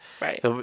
Right